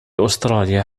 أستراليا